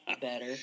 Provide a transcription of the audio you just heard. better